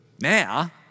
Now